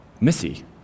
Missy